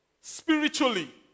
spiritually